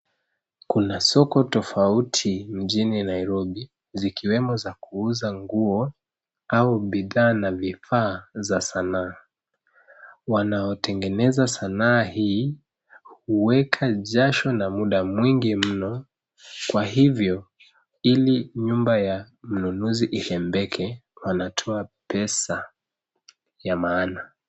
Kuna soko tofauti mjini Nairobi, zikiwemo za kuuza nguo au bidhaa na vifaa za sanaa. Wanaotengeneza sanaa hii huweka jasho na muda mwingi mno, kwa hivyo, ili nyumba ya mnunuzi irembeke, wanatoa pesa ya maana.